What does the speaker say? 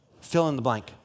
fill-in-the-blank